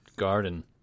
garden